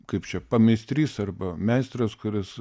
kaip čia pameistrys arba meistras kuris